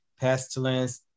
pestilence